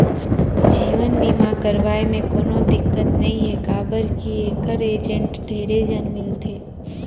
जीवन बीमा करवाये मे कोनो दिक्कत नइ हे काबर की ऐखर एजेंट ढेरे झन मिलथे